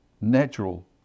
natural